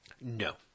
No